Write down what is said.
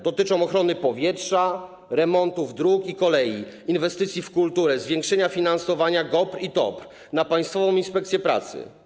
Dotyczą ochrony powietrza, remontów dróg i kolei, inwestycji w kulturę, zwiększenia finansowania GOPR i TOPR, Państwowej Inspekcji Pracy.